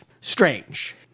strange